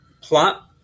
plot